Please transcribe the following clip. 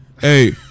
Hey